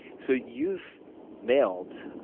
so you've mailed